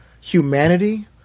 humanity